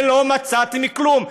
ולא מצאתם כלום.